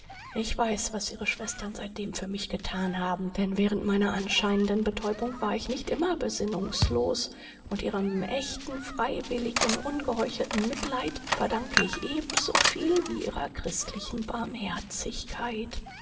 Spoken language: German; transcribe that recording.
ich weiß was ihre schwestern seitdem für mich gethan haben denn während meiner anscheinenden betäubung war ich nicht immer besinnungslos und ihrem echten freiwilligen ungeheuchelten mitleid verdanke ich ebensoviel wie ihrer christlichen barmherzigkeit